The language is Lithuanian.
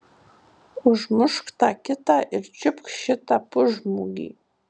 užmušk tą kitą ir čiupk šitą pusžmogį